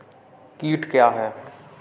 कीट क्या है?